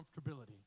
comfortability